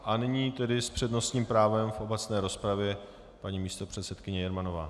A nyní tedy s přednostním právem v obecné rozpravě paní místopředsedkyně Jermanová.